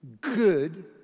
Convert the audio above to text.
good